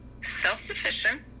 self-sufficient